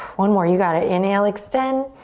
one more, you got it. inhale, extend.